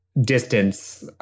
distance